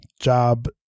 job